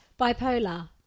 bipolar